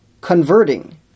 converting